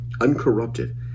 uncorrupted